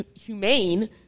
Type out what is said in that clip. humane